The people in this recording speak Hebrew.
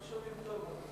לא שומעים טוב.